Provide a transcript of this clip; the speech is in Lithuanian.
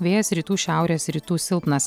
vėjas rytų šiaurės rytų silpnas